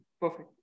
Perfect